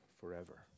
forever